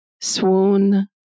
Swoon